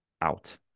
out